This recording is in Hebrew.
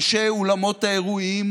אנשי אולמות האירועים,